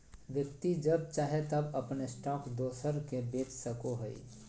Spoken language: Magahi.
व्यक्ति जब चाहे तब अपन स्टॉक दोसर के बेच सको हइ